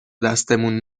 دستمون